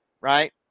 right